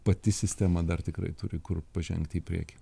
pati sistema dar tikrai turi kur pažengti į priekį